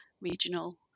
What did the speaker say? regional